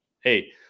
Hey